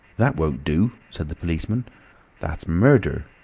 that won't do, said the policeman that's murder.